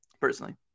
personally